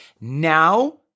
Now